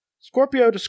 Scorpio